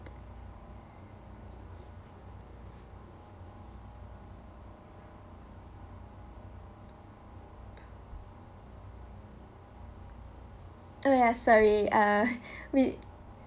uh ya sorry uh we